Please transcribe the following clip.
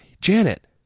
Janet